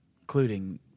including